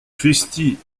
cristi